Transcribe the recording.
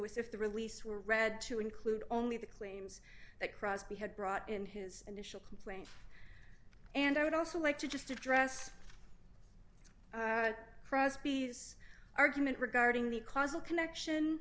superfluous if the release were read to include only the claims that crosby had brought in his initial complaint and i would also like to just address crosby's argument regarding the causal connection